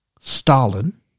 Stalin